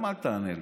גם אל תענה לי,